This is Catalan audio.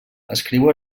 escriu